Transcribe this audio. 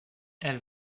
elle